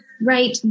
right